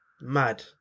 mad